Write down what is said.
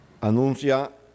anuncia